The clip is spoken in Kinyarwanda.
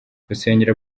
urusengero